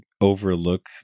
overlook